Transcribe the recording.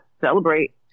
celebrate